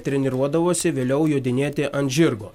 treniruodavosi vėliau jodinėti ant žirgo